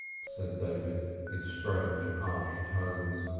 said david in strange harsh tones,